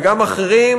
וגם אחרים,